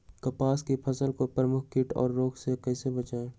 कपास की फसल को प्रमुख कीट और रोग से कैसे बचाएं?